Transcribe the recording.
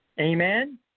Amen